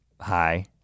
hi